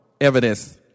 evidence